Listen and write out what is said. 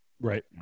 Right